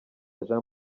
jean